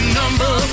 number